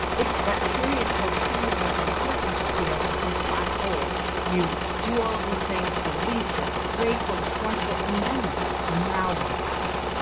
it, that period posttreatment which a lot of people feel is this black hole you do all of these things. you're released. you're grateful. it's wonderful. and then, what? now, what happens?